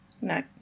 No